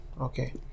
Okay